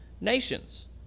nations